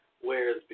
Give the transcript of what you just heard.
whereas